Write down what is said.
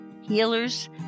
healers